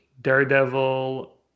Daredevil